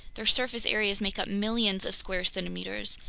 their surface areas make up millions of square centimeters,